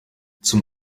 zum